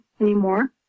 anymore